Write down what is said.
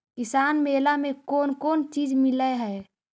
किसान मेला मे कोन कोन चिज मिलै है?